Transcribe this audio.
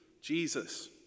jesus